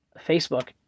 Facebook